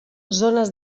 zones